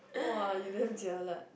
!wow! you really jialat